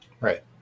Right